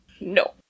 No